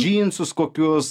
džinsus kokius